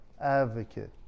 advocate